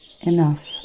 enough